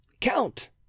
Count